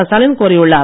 ஸ்டாலின் கோரியுள்ளார்